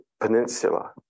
Peninsula